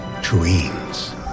dreams